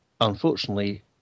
unfortunately